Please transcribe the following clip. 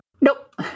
nope